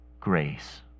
grace